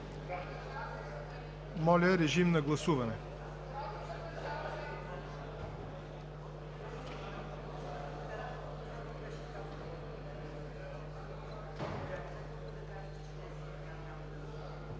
Моля, режим на гласуване.